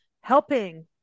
helping